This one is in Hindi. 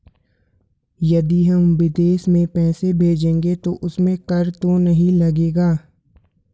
यदि हम विदेश में पैसे भेजेंगे तो उसमें कर तो नहीं लगेगा?